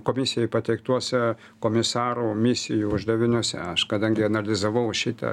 komisijai pateiktuose komisarų misijų uždaviniuose aš kadangi analizavau šitą